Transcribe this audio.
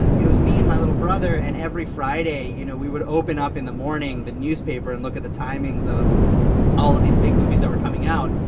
it was me and my little brother. and every friday, you know, we would open up, in the morning, the newspaper and look at the timings of all of these big movies that were coming out.